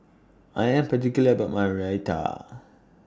I Am particular about My Raita